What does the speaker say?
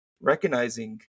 recognizing